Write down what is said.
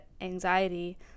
anxiety